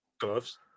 gloves